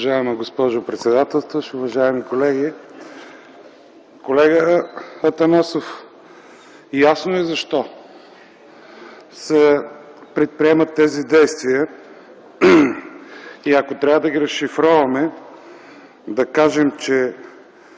Уважаема госпожо председателстващ, уважаеми колеги! Колега Атанасов, ясно е защо се предприемат тези действия и ако трябва да ги разшифроваме, да кажем, че